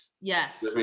Yes